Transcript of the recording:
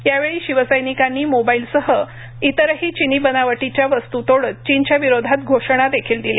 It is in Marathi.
यावेळी शिवसैनिकांनी मोबाइलसह आणि इतरही चिनी बनावटीच्या वस्तू तोडत चीनच्या विरोधात घोषणा देखील दिल्या